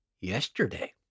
yesterday